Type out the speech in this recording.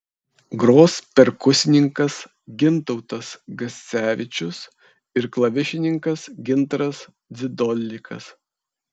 gros perkusininkas gintautas gascevičius ir klavišininkas gintaras dzidolikas